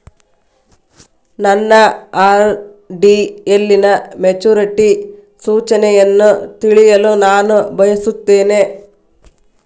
ನನ್ನ ಆರ್.ಡಿ ಯಲ್ಲಿನ ಮೆಚುರಿಟಿ ಸೂಚನೆಯನ್ನು ತಿಳಿಯಲು ನಾನು ಬಯಸುತ್ತೇನೆ